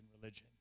religion